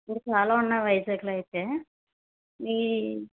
ఇంకా చాలా ఉన్నాయి వైజాగ్లో అయితే మీ